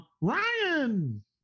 Ryan